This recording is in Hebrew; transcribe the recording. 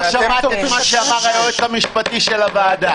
לא שמעת את מה שאמר היועץ המשפטי של הוועדה.